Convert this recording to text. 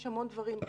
יש המון דברים.